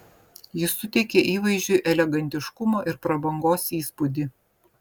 jis suteikia įvaizdžiui elegantiškumo ir prabangos įspūdį